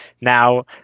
now